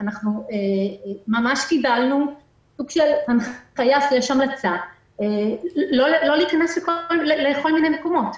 קיבלנו הנחיה לא להיכנס לכל מיני מקומות.